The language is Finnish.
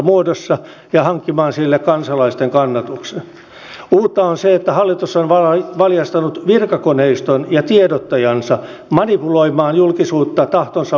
pitäisi olla psykologeja koska turvapaikanhakijoita meidänkin kunnassa on että ainakin niille jotka pakenevat todellista uhkaa sinne saataisiin tämä turvapaikka